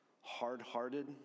hard-hearted